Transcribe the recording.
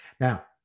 Now